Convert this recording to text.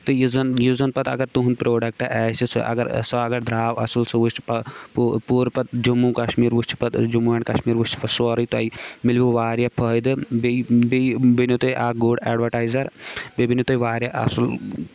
تہٕ یُس زَن یُس زَن پَتہٕ اگر تُہُنٛد پرٛوڈَکٹ آسہِ سُہ اگر سُہ اگر درٛاو اَصٕل سُہ وٕچھ پہ پوٗ پوٗرٕ پَتہٕ جموں کَشمیٖر وٕچھِ پَتہٕ جموں اینڈ کَمشیٖر وُچھِ سورُے تۄہہِ مِلوٕ واریاہ فٲیدٕ بیٚیہِ بیٚیہِ بٔنِو تُہۍ اَکھ گُڈ اٮ۪ڈوَٹایزَر بیٚیہِ بٔنو تُہۍ واریاہ اَصل